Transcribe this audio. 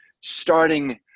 Starting